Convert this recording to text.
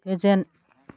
गोजोन